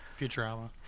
Futurama